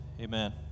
amen